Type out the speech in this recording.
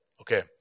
Okay